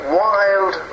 wild